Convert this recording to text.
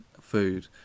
food